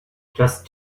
just